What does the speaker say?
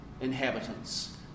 inhabitants